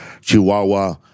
Chihuahua